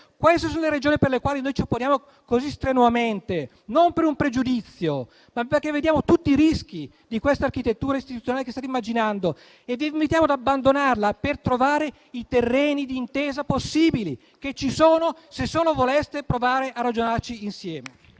Queste sono le ragioni per le quali noi ci opponiamo così strenuamente, non per un pregiudizio, ma perché vediamo tutti i rischi di questa architettura istituzionale che state immaginando e vi invitiamo ad abbandonarla per trovare i terreni d'intesa possibili, che ci sono se solo voleste provare a ragionarci insieme.